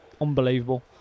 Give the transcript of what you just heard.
unbelievable